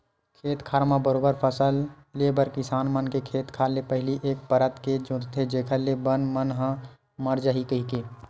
खेत खार म बरोबर फसल ले बर किसान मन खेत खार ल पहिली एक परत के जोंतथे जेखर ले बन मन ह मर जाही कहिके